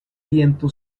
viento